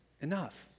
enough